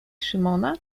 szymona